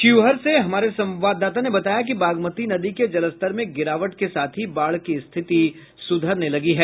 शिवहर से हमारे संवाददाता ने बताया कि बागमती नदी के जलस्तर में गिरावट के साथ ही बाढ़ की स्थिति सुधरने लगी है